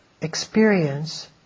experience